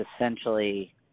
essentially